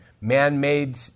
Man-made